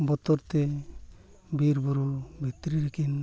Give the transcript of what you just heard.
ᱵᱚᱛᱚᱨᱛᱮ ᱵᱤᱨᱼᱵᱩᱨᱩ ᱵᱷᱤᱛᱨᱤ ᱨᱮᱠᱤᱱ